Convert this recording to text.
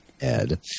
Ed